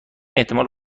احتمال